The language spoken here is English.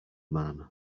man